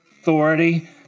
authority